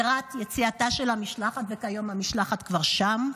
לקראת יציאתה של המשלחת, וכיום המשלחת כבר שם: